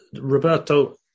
Roberto